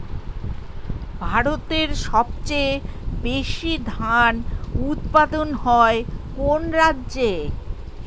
ভারতের সবচেয়ে বেশী ধান উৎপাদন হয় কোন রাজ্যে?